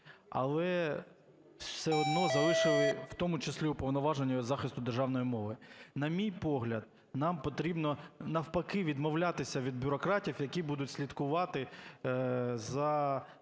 але все одно залишили в тому числі "Уповноважений із захисту державної мови". На мій погляд, нам потрібно навпаки відмовлятися від бюрократів, які будуть слідкувати за додатковими